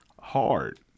hard